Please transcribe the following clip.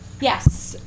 Yes